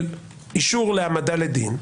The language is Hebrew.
של אישור להעמדה לדין,